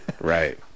right